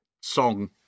song